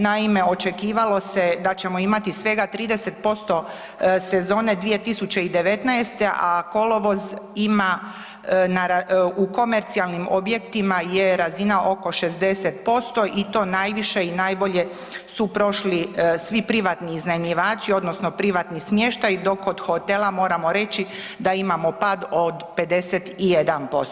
Naime, očekivalo se da ćemo imati svega 30% sezone 2019., a kolovoz ima u komercijalnim objektima je razina oko 60% i to najviše i najbolje su prošli svi privatni iznajmljivači odnosno privatni smještaj dok kod hotela moramo reći da imamo pad od 51%